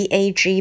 Bag